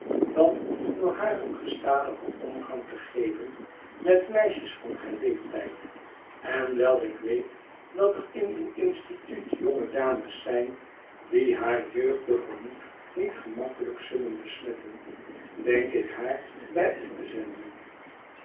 dan door haar een gestadigen omgang te geven met meisjes van haar leeftijd en wijl ik weet dat er in uw instituut jonge dames zijn die haar jeugdig gemoed niet gemakkelijk zullen besmetten denk ik haar bij u te zenden